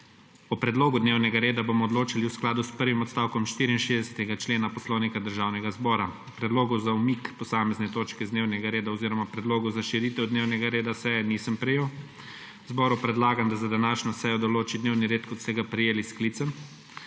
O predlogu dnevnega reda bomo odločali v skladu s prvim odstavkom 64. člena Poslovnika Državnega zbora. Predlogov za umik posamezne točke z dnevnega reda oziroma predlogov za širitev dnevnega reda seje nisem prejel. Zboru predlagam, da za današnjo sejo določi dnevni red, kot ste ga prejeli s sklicem.